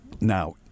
Now